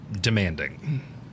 demanding